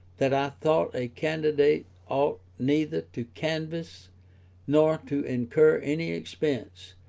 that i thought a candidate ought neither to canvass nor to incur any expense,